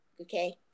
Okay